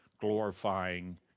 glorifying